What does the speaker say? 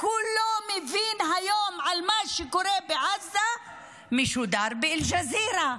כולו מבין היום על מה שקורה בעזה משודר באל-ג'זירה.